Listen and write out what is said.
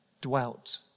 dwelt